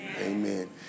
Amen